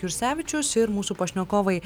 jursevičius ir mūsų pašnekovai